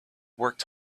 worked